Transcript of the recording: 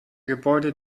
gebäude